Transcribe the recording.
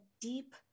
deep